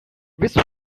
wish